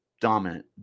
dominant